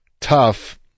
tough